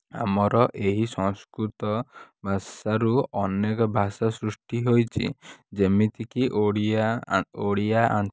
ଆମର ଏହି ସଂସ୍କୃତ ଭାଷାରୁ ଅନେକ ଭାଷା ସୃଷ୍ଟି ହେଇଛି ଯେମିତି କି ଓଡ଼ିଆ ଓଡ଼ିଆ